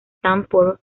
stanford